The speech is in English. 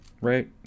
right